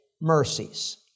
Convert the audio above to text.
mercies